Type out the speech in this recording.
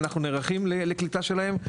אנחנו נערכים לקליטה שלהם.